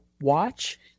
watch